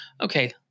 okay